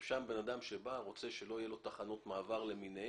שם בן אדם שגר לא רוצה שיהיו לו תחנות מעבר למיניהן,